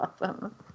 awesome